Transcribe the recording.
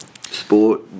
Sport